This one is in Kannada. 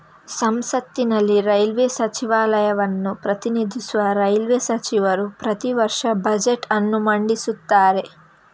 ಸಂಸತ್ತಿನಲ್ಲಿ ರೈಲ್ವೇ ಸಚಿವಾಲಯವನ್ನು ಪ್ರತಿನಿಧಿಸುವ ರೈಲ್ವೇ ಸಚಿವರು ಪ್ರತಿ ವರ್ಷ ಬಜೆಟ್ ಅನ್ನು ಮಂಡಿಸುತ್ತಾರೆ